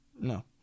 No